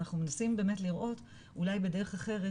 אנחנו מנסים באמת לראות אולי בדרך אחרת,